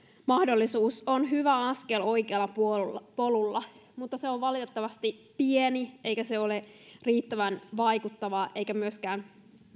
mahdollisuus on hyvä askel oikealla polulla mutta se on valitettavasti pieni eikä se ole riittävän vaikuttava eikä myöskään